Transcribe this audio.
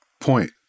point